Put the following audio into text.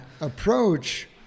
approach